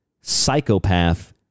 psychopath